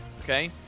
okay